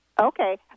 Okay